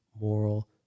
moral